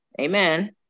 Amen